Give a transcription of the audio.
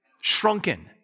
shrunken